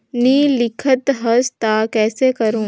नी लिखत हस ता कइसे करू?